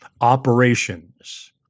operations